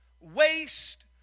waste